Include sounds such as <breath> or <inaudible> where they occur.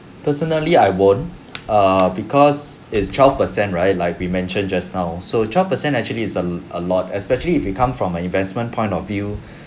personally I won't err because it's twelve percent right like we mentioned just now so twelve percent actually is a a lot especially if you come from a investment point of view <breath>